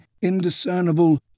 indiscernible